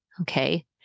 Okay